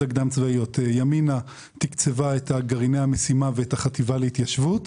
ימינה תקצבה את גרעיני המשימה ואת החטיבה להתיישבות,